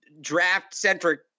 draft-centric